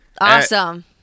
Awesome